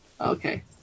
okay